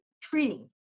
treating